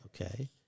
Okay